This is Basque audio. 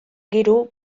gero